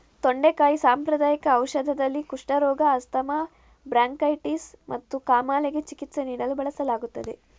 ತೊಂಡೆಕಾಯಿ ಸಾಂಪ್ರದಾಯಿಕ ಔಷಧದಲ್ಲಿ, ಕುಷ್ಠರೋಗ, ಆಸ್ತಮಾ, ಬ್ರಾಂಕೈಟಿಸ್ ಮತ್ತು ಕಾಮಾಲೆಗೆ ಚಿಕಿತ್ಸೆ ನೀಡಲು ಬಳಸಲಾಗುತ್ತದೆ